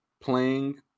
playing